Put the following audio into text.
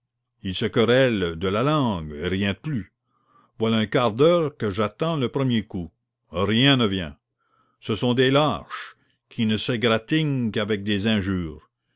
ils se querellent de la langue et rien de plus voilà un quart d'heure que j'attends le premier coup rien ne vient ce sont des lâches qui ne s'égratignent qu'avec des injures